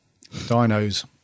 Dinos